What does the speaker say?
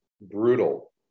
brutal